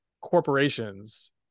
corporations